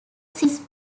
since